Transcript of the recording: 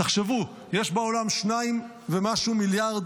תחשבו, יש בעולם שניים ומשהו מיליארד